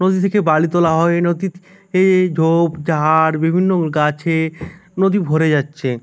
নদী থেকে বালি তোলা হয় নদীতে ঝোপঝাড় বিভিন্ন গাছে নদী ভরে যাচ্ছে